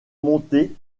monter